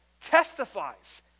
testifies